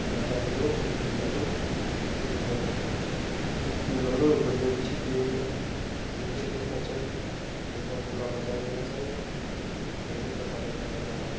ते मजा लिएओ कुश्ती लड़ो इक दुए कन्नै कुश्ती लड़ो बड़ी अच्छी गेम ऐ ते इयै खेलनी चाहिदी ते एह्दा पूरा मज़ा लैना चाहिदा ते एह् जेह्का साढ़ा ग्रांऽ दा